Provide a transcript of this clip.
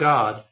God